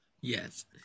Yes